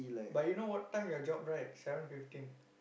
but you know what time your job right seven fifteen